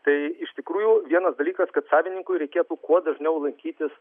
tai iš tikrųjų vienas dalykas kad savininkui reikėtų kuo dažniau lankytis